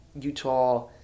Utah